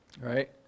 Right